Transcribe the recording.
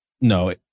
No